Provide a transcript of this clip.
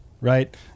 right